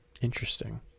Interesting